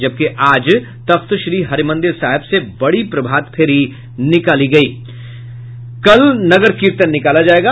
जबकि आज तख्तश्री हरिमंदिर साहिब से बड़ी प्रभात फेरी निकाली गयी जबकि कल नगर कीर्तन निकाला जायेगा